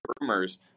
rumors